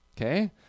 Okay